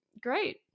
great